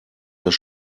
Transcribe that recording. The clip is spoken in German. das